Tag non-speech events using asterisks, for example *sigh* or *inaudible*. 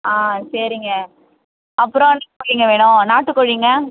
ஆ சரிங்க அப்புறம் *unintelligible* என்ன கோழிங்க வேணும் நாட்டுக் கோழிங்க